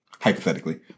Hypothetically